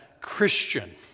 Christian